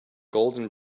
golden